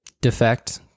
defect